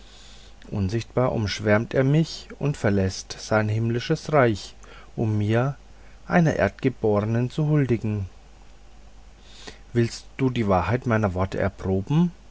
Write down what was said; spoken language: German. unsichtbar umschwärmt er mich und verläßt sein himmlisches reich um mir einer erdgeborenen zu huldigen willst du die wahrheit meiner worte erproben